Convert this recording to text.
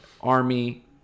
Army